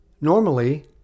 Normally